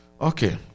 Okay